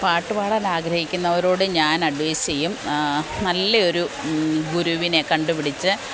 പാട്ടുപാടാൻ ആഗ്രഹിക്കുന്നവരോട് ഞാൻ അഡ്വൈസെയ്യും നല്ലയൊരു ഗുരുവിനെ കണ്ടുപിടിച്ച്